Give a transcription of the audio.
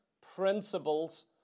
principles